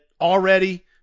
already